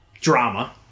drama